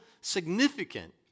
significant